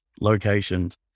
locations